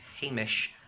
Hamish